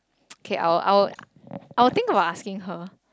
okay I will I will I will think of asking her